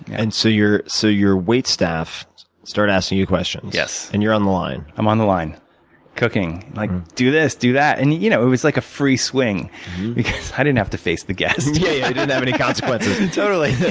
and so your so your wait staff started asking you questions. yes. and you're on the line. i'm on the line cooking. like do this, do that. and you know it was like a free swing because i didn't have to face the guest. yeah, you didn't have any consequences. totally.